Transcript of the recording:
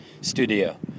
studio